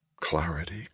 Clarity